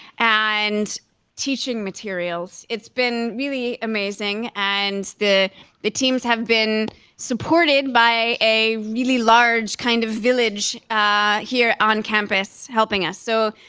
and teaching materials. it's been really amazing. and the the teams have been supported by a really large kind of village here on campus helping us. so,